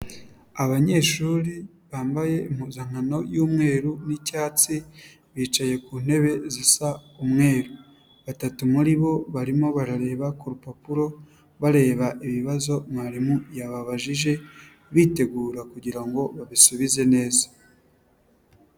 Abanyeshuri bambaye impuzankano y'umweru n'icyatsi bicaye ku ntebe zisa umweru, batatu muri bo barimo barareba ku rupapuro bareba ibibazo mwarimu yababajije bitegura kugira ngo babisubize neza.